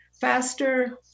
faster